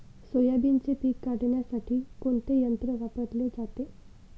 सोयाबीनचे पीक काढण्यासाठी कोणते यंत्र वापरले जाते?